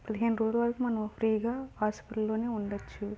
పదిహేను రోజులు వరకు మనము ఫ్రీగా హాస్పిటల్లో ఉండచ్చు